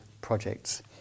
projects